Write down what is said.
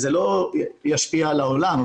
זה לא ישפיע על העולם,